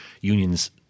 unions